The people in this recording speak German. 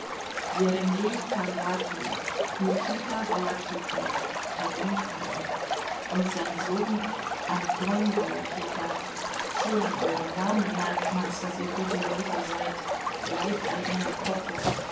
jeremej karjakin nikita wolokita herumtreiber und sein sohn anton wolokita schon an euren namen merkt man's daß ihr gute läufer seid leibeigener